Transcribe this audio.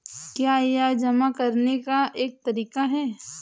क्या यह जमा करने का एक तरीका है?